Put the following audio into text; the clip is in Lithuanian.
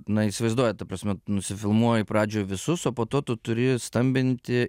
na įsivaizduojat ta prasme nusifilmuoji pradžioj visus o po to tu turi stambinti